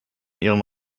ihren